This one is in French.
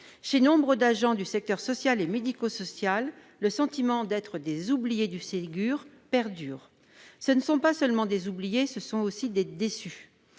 chez nombre d'agents du secteur social et médico-social, le sentiment d'être des oubliés du Ségur perdure. Ce ne sont pas seulement des oubliés, ce sont aussi des déçus.